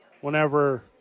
whenever